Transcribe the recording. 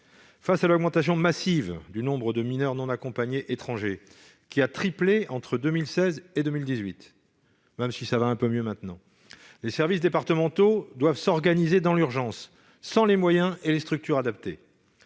Face à l'augmentation massive du nombre de MNA étrangers, qui a triplé entre 2016 et 2018, même si cela va un peu mieux maintenant, les services départementaux doivent s'organiser dans l'urgence sans les moyens et les structures adaptées.